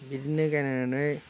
बिदिनो गायनानै